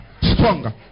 stronger